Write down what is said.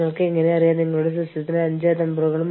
കൂടാതെ എങ്ങനെ പൊതുവായ പരിഹാരങ്ങൾ തയ്യാറാക്കാമെന്ന് നോക്കുക